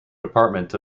department